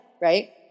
right